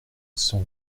cent